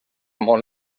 món